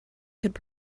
could